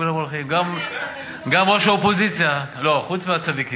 יש לו תדרוך מהמאבטחים החדשים.